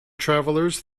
travelers